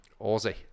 Aussie